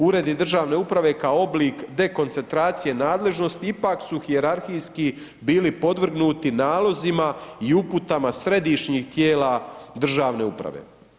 Uredi državne uprave kao oblik dekoncentracije nadležnosti ipak su hijerarhijski bili podvrgnuti nalozima i uputama središnjih tijela državne uprave.